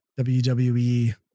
WWE